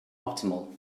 optimal